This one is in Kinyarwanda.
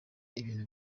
ibintu